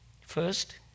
First